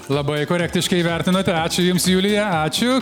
labai korektiškai vertinate ačiū jums julija ačiū